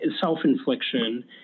self-infliction